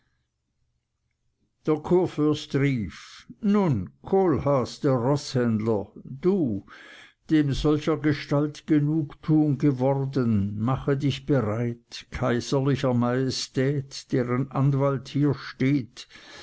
rief nun kohlhaas der roßhändler du dem solchergestalt genugtuung geworden mache dich bereit kaiserlicher majestät deren anwalt hier steht